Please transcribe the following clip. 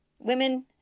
women